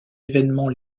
événements